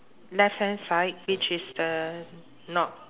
left hand side which is the knob